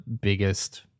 biggest